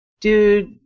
dude